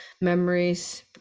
memories